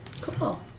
cool